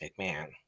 mcmahon